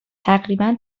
تقریبا